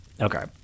Okay